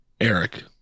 Eric